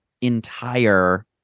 entire